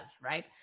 right